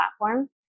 platform